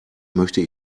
möchte